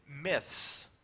myths